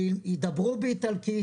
שידברו באיטלקית,